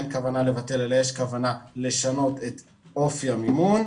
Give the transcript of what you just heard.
אין כוונה לבטל אלא יש כוונה לשנות את אופי המימון.